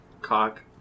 Cock